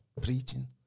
preaching